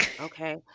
okay